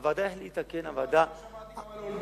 הוועדה החליטה, לא שמעתי גם על אולמרט.